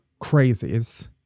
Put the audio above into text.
crazies